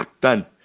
Done